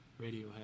Radiohead